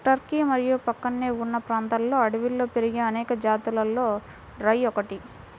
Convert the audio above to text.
Turkey మరియు ప్రక్కనే ఉన్న ప్రాంతాలలో అడవిలో పెరిగే అనేక జాతులలో రై ఒకటి